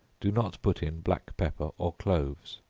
do not put in black pepper or cloves.